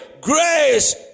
grace